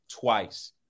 twice